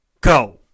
Go